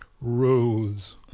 Rose